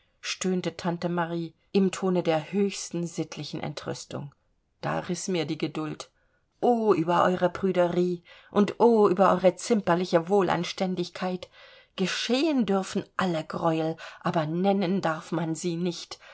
stöhnte tante marie im tone der höchsten sittlichen entrüstung da riß mir die geduld o über eure prüderie und o über eure zimperliche wohlanständigkeit geschehen dürfen alle greuel aber nennen darf man sie nicht